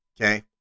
okay